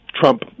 Trump